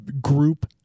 group